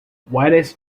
wildest